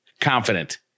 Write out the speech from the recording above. confident